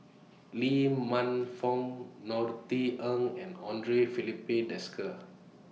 Lee Man Fong Norothy Ng and Andre Filipe Desker